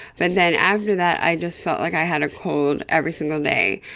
but then after that i just felt like i had a cold every single day.